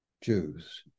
Jews